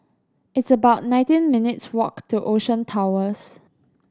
it's about nineteen minutes' walk to Ocean Towers